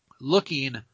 looking